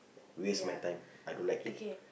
waste my time I don't like it